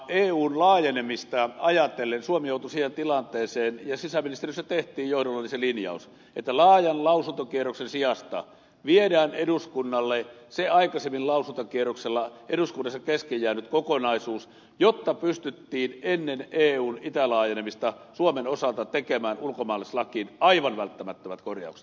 eun laajenemista ajatellen suomi joutui siihen tilanteeseen ja sisäministeriössä tehtiin johdollani se linjaus että laajan lausuntokierroksen sijasta viedään eduskunnalle se aikaisemmin lausuntakierroksella eduskunnassa kesken jäänyt kokonaisuus jotta pystyttiin ennen eun itälaajenemista suomen osalta tekemään ulkomaalaislakiin aivan välttämättömät korjaukset